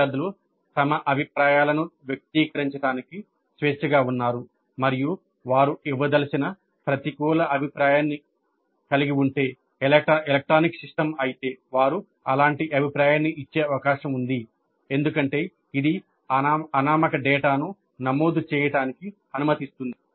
విద్యార్థులు తమ అభిప్రాయాలను వ్యక్తీకరించడానికి స్వేచ్ఛగా ఉన్నారు మరియు వారు ఇవ్వదలిచిన ప్రతికూల అభిప్రాయాన్ని కలిగి ఉంటే ఎలక్ట్రానిక్ సిస్టమ్ అయితే వారు అలాంటి అభిప్రాయాన్ని ఇచ్చే అవకాశం ఉంది ఎందుకంటే ఇది అనామక డేటాను నమోదు చేయడానికి అనుమతిస్తుంది